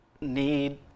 need